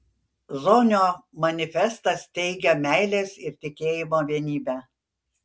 zonio manifestas teigia meilės ir tikėjimo vienybę